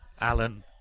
Alan